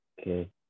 Okay